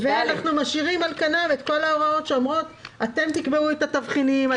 ואנחנו משאירים על כנן את כל ההוראות שאומרות שאתם תקבעו את התבחינים,